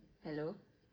hello